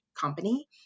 company